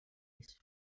ice